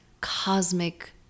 cosmic